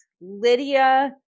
Lydia